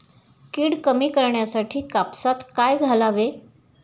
कीड कमी करण्यासाठी कापसात काय घालावे?